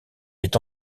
est